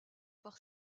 par